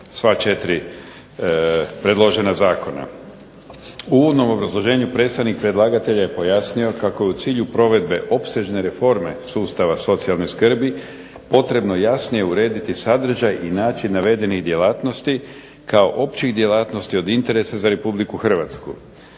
sva 4 predložena zakona. U uvodnom obrazloženju predstavnik predlagatelja je pojasnio kako je u cilju provedbe opsežne reforme sustava socijalne skrbi potrebno jasnije urediti sadržaj i način navedenih djelatnosti kao općih djelatnosti od interesa za RH.